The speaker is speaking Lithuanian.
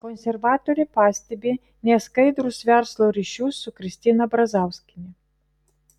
konservatorė pastebi neskaidrius verslo ryšius su kristina brazauskiene